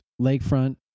Lakefront